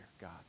God